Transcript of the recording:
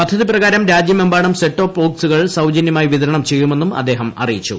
പദ്ധതിപ്രകാരം രാജ്യമെമ്പാടും സെറ്റ്ടോപ് ബോക്സുകൾ സൌജന്യമായി വിതരണം ചെയ്യുമെന്നും അദ്ദേഹം അറിയിച്ചു